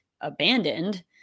abandoned